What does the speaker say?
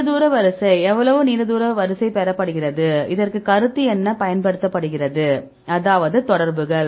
நீண்ட தூர வரிசை எவ்வளவு நீண்ட வரிசை பெறப்படுகிறது இதற்கு கருத்து என்ன பயன்படுத்தப்படுகிறது அதாவது தொடர்புகள்